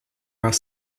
are